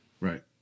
Right